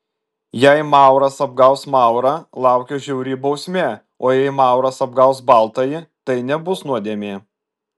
jei mauras apgaus maurą laukia žiauri bausmė o jei mauras apgaus baltąjį tai nebus nuodėmė